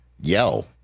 yell